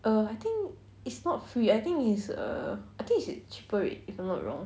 I think it's not free I think is err I think it's a cheaper rate if I not wrong